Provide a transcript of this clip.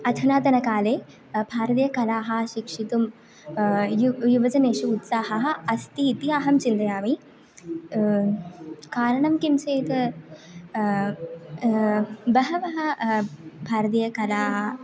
अधुनातनकाले भारतीयकलाः शिक्षितुं युवा युवजनेषु उत्साहः अस्ति इति अहं चिन्तयामि कारणं किं चेत् बहवः भारतीयकलाः